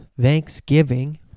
Thanksgiving